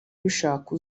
bishaka